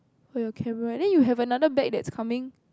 for your camera then you have another bag that coming